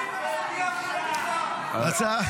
עם מי התקזזת, חבר הכנסת בוארון?